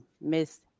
Miss